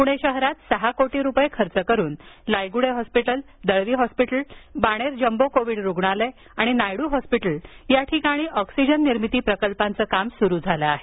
पुणे शहरात सहा कोटी रुपये खर्च करून Laygude hospital Dalvi hospital Baner jumbo Covid रुग्णालय आणि नायडू हॉस्पिटल या ठिकाणी ऑक्सिजन जनरेशन प्लॅंटचं काम सुरू झालं आहे